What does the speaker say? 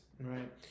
right